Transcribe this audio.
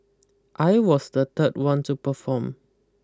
I was the third one to perform